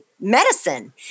medicine